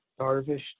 Darvish